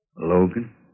Logan